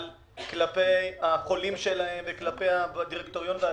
כלפי החולים שלהם וכלפי הדירקטוריון והציבור.